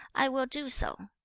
i will do so.